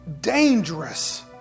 dangerous